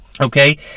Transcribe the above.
Okay